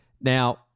Now